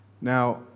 Now